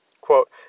Quote